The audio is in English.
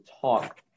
talk